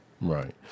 Right